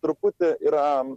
truputį yra